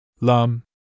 Lum